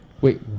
wait